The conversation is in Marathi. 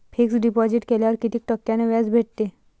फिक्स डिपॉझिट केल्यावर कितीक टक्क्यान व्याज भेटते?